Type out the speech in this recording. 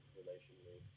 relationally